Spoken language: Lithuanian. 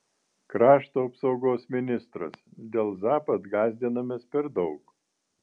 krašto apsaugos ministras dėl zapad gąsdinamės per daug